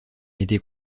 été